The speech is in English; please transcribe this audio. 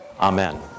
Amen